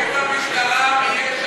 כמה נחקרים במשטרה מיש עתיד?